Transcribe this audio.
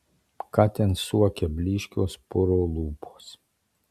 ką ten suokia blyškios puro lūpos